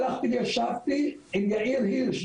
הלכתי וישבתי עם יאיר הירש,